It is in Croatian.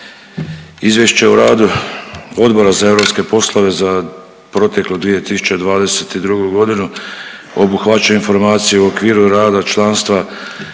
Izvješće o radu Odbora za europske poslove za proteklu 2022. godinu obuhvaća informacije o okviru rada članstva,